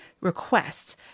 request